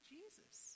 Jesus